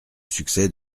succès